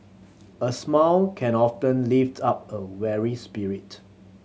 a smile can often lift up a weary spirit